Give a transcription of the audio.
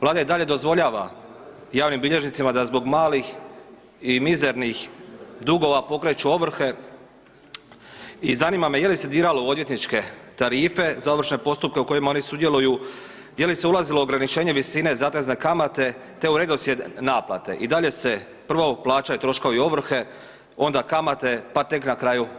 Vlada i dalje dozvoljava javnim bilježnicima da zbog malih i mizernih dugova pokreću ovrhe i zanima me je li se diralo u odvjetničke tarife za ovršne postupke u kojima oni sudjeluju, je li se ulazilo u ograničenje visine zatezne kamate te u redoslijed naplate i dalje se prvo plaćaju troškovi ovrhe, onda kamate, pa tek na kraju glavnica.